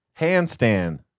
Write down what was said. Handstand